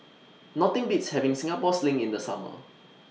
Nothing Beats having Singapore Sling in The Summer